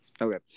Okay